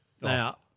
Now